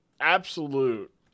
Absolute